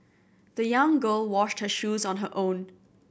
the young girl washed her shoes on her own